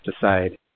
decide